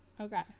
okay